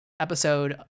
Episode